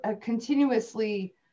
continuously